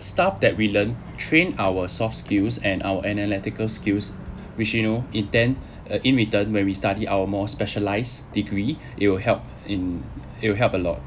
stuff that we learn train our soft skills and our analytical skills which you know it then uh in return when we study our more specialised degree it'll help in it'll help a lot